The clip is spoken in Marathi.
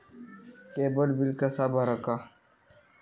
केबलचा बिल कसा भरायचा?